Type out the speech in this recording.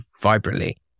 vibrantly